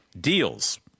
deals